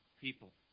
people